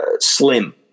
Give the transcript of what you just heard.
slim